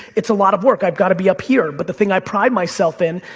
it's a lot of work, i've gotta be up here. but the thing i pride myself in,